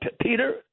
Peter